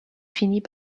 finit